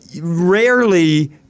rarely